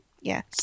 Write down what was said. Yes